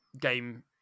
game